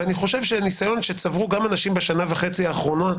ואני חושב שניסיון שצברו גם אנשים בשנה וחצי האחרונות,